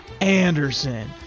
Anderson